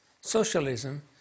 Socialism